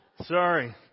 Sorry